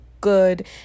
good